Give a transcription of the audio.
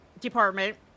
Department